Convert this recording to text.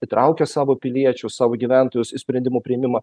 įtraukia savo piliečius savo gyventojus į sprendimų priėmimą